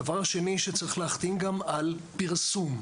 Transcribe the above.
הדבר השני שצריך להחתים גם על פרסום,